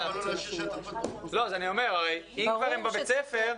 אם הם כבר בבית הספר,